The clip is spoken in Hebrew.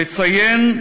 לציין,